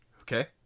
okay